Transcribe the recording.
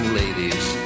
ladies